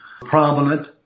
prominent